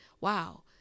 wow